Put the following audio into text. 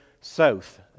south